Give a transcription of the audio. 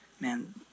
man